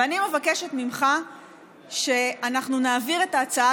ואני מבקשת ממך שאנחנו נעביר את ההצעה